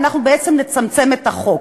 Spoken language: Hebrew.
ואנחנו בעצם נצמצם את החוק,